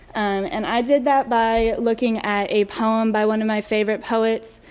and i did that by looking at a poem by one of my favorite poets